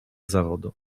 zawodu